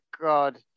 god